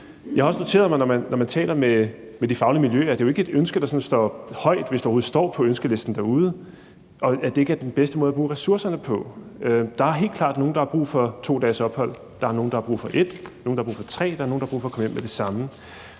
Jeg har også noteret mig, at når man taler med de faglige miljøer, er det ikke et ønske, der sådan står højt på ønskelisten derude, hvis det overhovedet står der, og at det ikke er den bedste måde at bruge ressourcerne på. Der er helt klart nogen, der har brug for 2 dages ophold; der er nogen, der har brug for 1 dag; der er nogen, der har brug for 3 dage; og der er nogen, der har brug for at komme hjem med det samme.